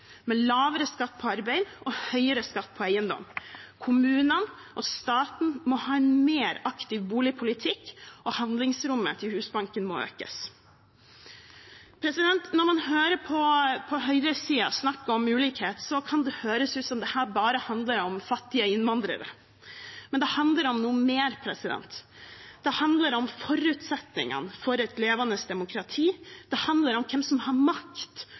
med lavere skatt på arbeid og høyere skatt på eiendom. Kommunene og staten må ha en mer aktiv boligpolitikk, og handlingsrommet til Husbanken må økes. Når man hører høyresiden snakke om ulikhet, kan det høres ut som om dette bare handler om fattige innvandrere. Men det handler om noe mer. Det handler om forutsetningene for et levende demokrati, det handler om hvem som har makt